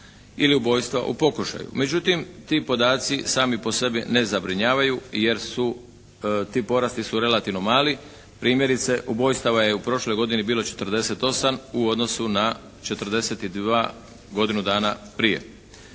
ubojstva u pokušaju. Međutim ti podaci sami po sebi ne zabrinjavaju jer su, ti porasti su relativno mali. Primjerice ubojstava je u prošloj godini bilo 48 u odnosu na 42 godinu dana prije.